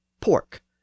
pork